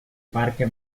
parque